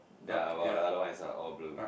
yea but the other one is the all blue